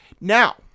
now